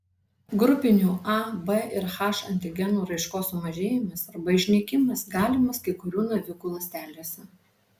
grupinių a b ir h antigenų raiškos sumažėjimas arba išnykimas galimas kai kurių navikų ląstelėse